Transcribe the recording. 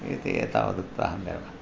इति एतावदुक्त्वा अहं विरमामि